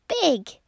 Big